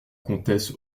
comtesse